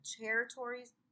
territories